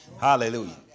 Hallelujah